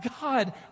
God